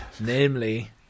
Namely